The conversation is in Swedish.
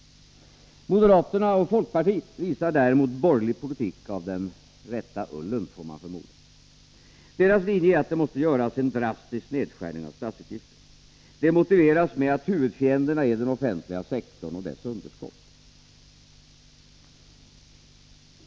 Moderaterna och folkpartiet visar däremot borgerlig politik av den rätta ullen, får man förmoda. Deras linje är att det måste göras en drastisk nedskärning av statsutgifterna. Det motiveras med att huvudfienderna är den offentliga sektorn och dess underskott.